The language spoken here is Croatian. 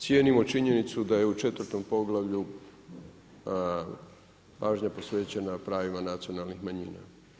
Cijenimo činjenicu da je u četvrtom poglavlju pažnja posvećena pravima nacionalnih manjina.